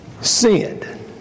sinned